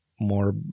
more